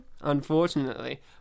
unfortunately